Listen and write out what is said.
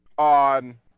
On